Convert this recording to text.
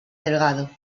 delgado